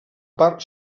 part